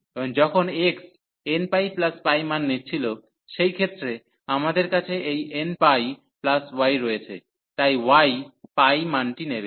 এবং যখন x nππ মান নিচ্ছিল সেই ক্ষেত্রে আমাদের কাছে এই nπy রয়েছে তাই y π মানটি নেবে